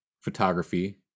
photography